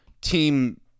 team